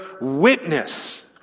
witness